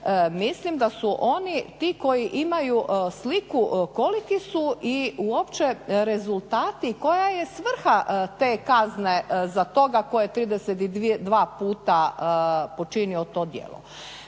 Mislim da su oni ti koji imaju sliku koliki su i uopće rezultati koja je svrha te kazne za toga tko je 32 puta počinio to djelo.